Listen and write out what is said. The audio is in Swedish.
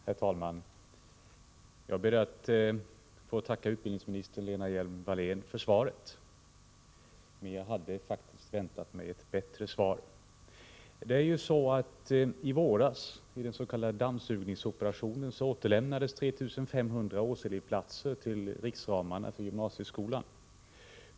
Herr talman! Jag ber att få tacka utbildningsminister Lena Hjelm-Wallén för svaret, men jag hade faktiskt väntat mig ett bättre svar. Det är ju så att i våras, i den s.k. dammsugningsoperationen, återlämnades 3 500 årselevplatser till riksramarna för gymnasieskolan.